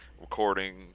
recording